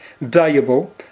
valuable